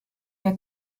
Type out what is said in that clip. der